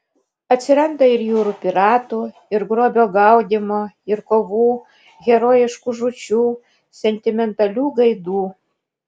atsiranda ir jūrų piratų ir grobio gaudymo ir kovų herojiškų žūčių sentimentalių gaidų